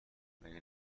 مگه